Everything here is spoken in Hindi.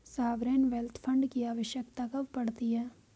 सॉवरेन वेल्थ फंड की आवश्यकता कब पड़ती है?